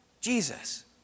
Jesus